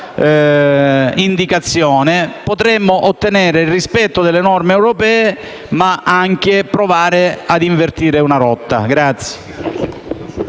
indicazione, potremmo ottenere il rispetto delle norme europee, ma anche provare ad invertire una rotta.